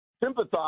sympathize